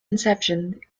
inception